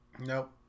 Nope